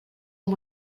amb